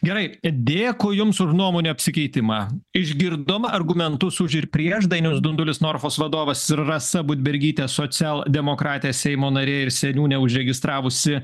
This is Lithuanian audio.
gerai dėkui jums už nuomonių apsikeitimą išgirdome argumentus už ir prieš dainius dundulis norfos vadovas rasa budbergytė socialdemokratė seimo narė ir seniūnė užregistravusi